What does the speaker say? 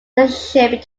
relationship